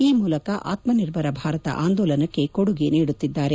ಈ ಮೂಲಕ ಆತ್ಮನಿರ್ಭರ ಭಾರತ ಆಂದೋಲನಕ್ಕೆ ಕೊಡುಗೆ ನೀಡುತ್ತಿದ್ದಾರೆ